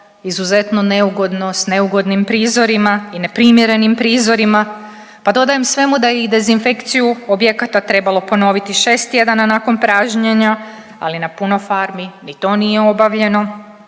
izuzetno neugodno s neugodnim prizorima i neprimjerenim prizorima pa dodajem svemu da je i dezinfekciju objekata trebalo ponoviti 6 tjedana nakon pražnjena, ali na puno farmi ni to nije obavljeno